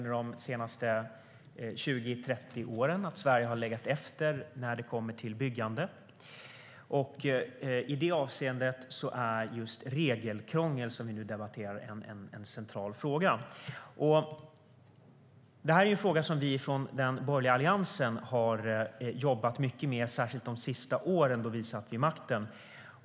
De senaste 20-30 åren har Sverige legat efter i byggandet. I det avseendet är just regelkrångel, som vi nu debatterar, en central fråga. Den borgerliga alliansen jobbade mycket med denna fråga de sista åren vid makten.